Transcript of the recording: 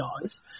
guys